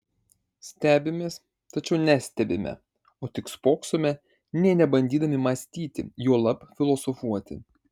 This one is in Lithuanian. stebimės tačiau nestebime o tik spoksome nė nebandydami mąstyti juolab filosofuoti